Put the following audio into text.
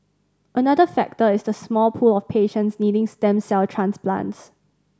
another factor is the small pool of patients needing stem cell transplants